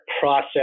process